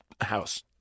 house